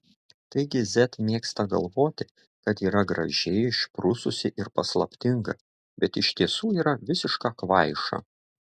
taigi z mėgsta galvoti kad yra graži išprususi ir paslaptinga bet iš tiesų yra visiška kvaiša